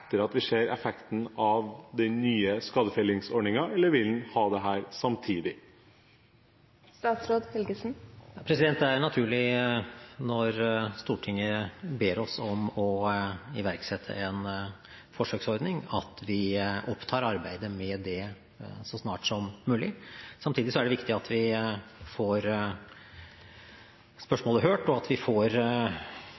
vi har sett effekten av den nye skadefellingsordningen, eller vil han ha dette samtidig? Det er naturlig når Stortinget ber oss om å iverksette en forsøksordning, at vi opptar arbeidet med det så snart som mulig. Samtidig er det viktig at vi får